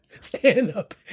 stand-up